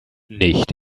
nicht